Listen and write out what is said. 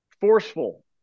Forceful